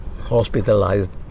hospitalized